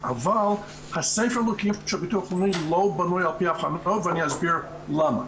אבל ספר הליקויים של ביטוח לאומי לא בנוי על פי ה- -- ואני אסביר למה.